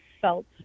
felt